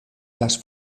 las